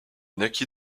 naquit